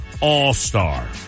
all-star